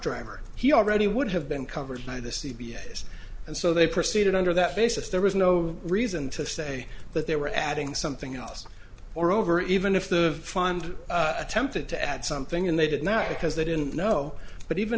driver he already would have been covered by the c b s and so they proceeded under that basis there was no reason to say that they were adding something else or over even if the fund attempted to add something and they did not because they didn't know but even